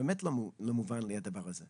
זה באמת לא מובן לי הדבר הזה.